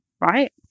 right